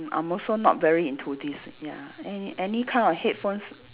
I'm also not very into this ya any any kind of headphones